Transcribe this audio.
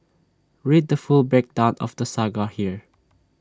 read the full breakdown of the saga here